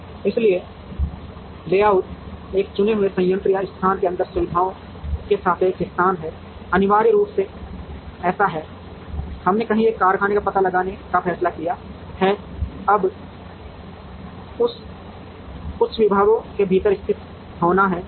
इसलिए लेआउट एक चुने हुए संयंत्र या स्थान के अंदर सुविधाओं के सापेक्ष स्थान है अनिवार्य रूप से ऐसा है हमने कहीं एक कारखाने का पता लगाने का फैसला किया है अब उस कुछ विभागों के भीतर स्थित होना है